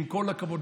עם כל הכבוד,